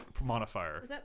modifier